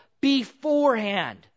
beforehand